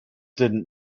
didn’t